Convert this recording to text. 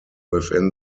within